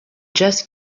just